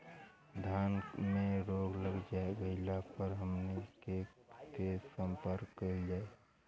धान में रोग लग गईला पर हमनी के से संपर्क कईल जाई?